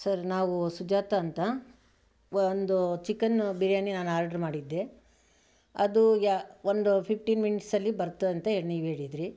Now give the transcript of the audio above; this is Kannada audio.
ಸರ್ ನಾವು ಸುಜಾತ ಅಂತ ಒಂದು ಚಿಕನ್ ಬಿರಿಯಾನಿ ನಾನು ಆರ್ಡರ್ ಮಾಡಿದ್ದೆ ಅದು ಒಂದು ಫಿಫ್ಟೀನ್ ಮಿನ್ಸ್ ಅಲ್ಲಿ ಬರ್ತದೆ ಅಂತ ನೀವು ಹೇಳಿದ್ರಿ